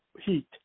heat